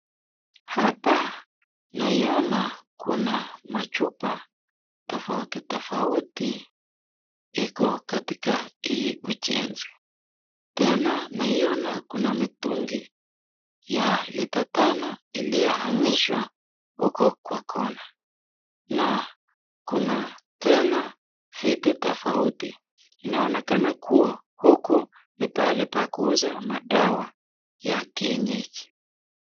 Hapa naiyona kuna machupa tafauti tafauti iko katika hii ujenzi, tena naiyona mitungi ya lita tano iliyoangizwa huko kwa kona, na kina tena vitu tafauti inaonekana kuwa huku ni pahali pa kuuza madawa za kienyeji.